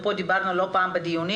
דיברנו על כך לא פעם בדיונים.